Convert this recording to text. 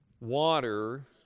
Water